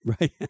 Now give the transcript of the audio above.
Right